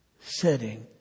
setting